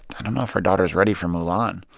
and know if our daughter is ready for mulan.